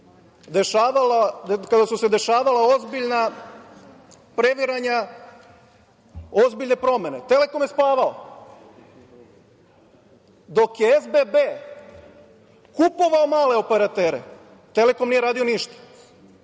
televizija dešavala ozbiljna previranja, ozbiljne promene „Telekom“ je spavao. Dok je SBB kupovao male operatere, „Telekom“ nije radio ništa.